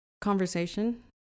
Conversation